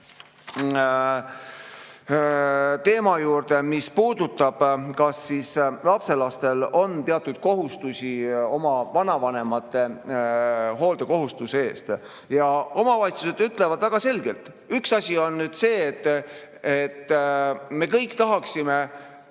teema juurde, mis puudutab seda, kas lastelastel on teatud kohustusi oma vanavanemate hooldekohustuse suhtes. Omavalitsused ütlevad seda väga selgelt. Üks asi on see, et me kõik tahaksime